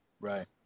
Right